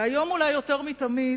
והיום, אולי יותר מתמיד,